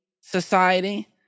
society